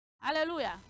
Hallelujah